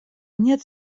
нет